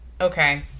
Okay